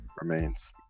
remains